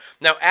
Now